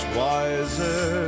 wiser